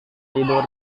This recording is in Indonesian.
tidur